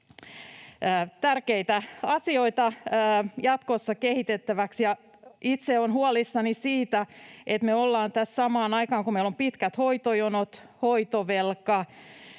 Tärkeitä asioita jatkossa kehitettäväksi. Itse olen huolissani siitä, että tässä samaan aikaan, kun meillä on pitkät hoitojonot, hoitovelka,